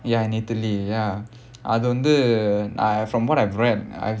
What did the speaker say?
ya in italy ya அது வந்து:adhu vandhu uh from what I've read I've